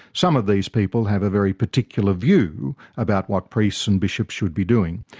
some of these people have a very particular view about what priests and bishops should be doing.